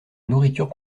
nourriture